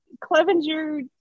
Clevenger